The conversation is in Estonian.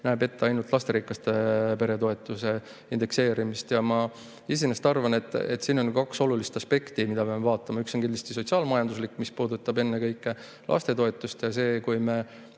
näeb ette ainult lasterikaste perede toetuse indekseerimist. Iseenesest arvan, et siin on kaks olulist aspekti, mida me peame vaatama. Üks on kindlasti sotsiaal-majanduslik, mis puudutab ennekõike lastetoetust. Ja see, et me